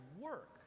work